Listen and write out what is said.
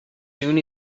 soon